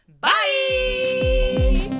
bye